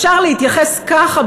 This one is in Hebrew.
אפשר להתייחס ככה,